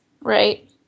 right